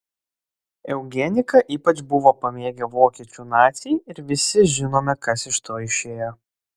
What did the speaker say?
eugeniką ypač buvo pamėgę vokiečių naciai ir visi žinome kas iš to išėjo